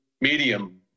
medium